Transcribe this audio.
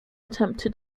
attempted